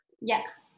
yes